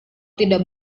tidak